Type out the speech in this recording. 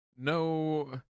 No